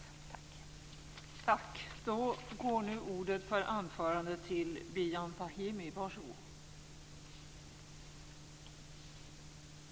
Tack!